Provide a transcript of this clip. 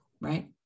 right